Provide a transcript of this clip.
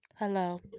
Hello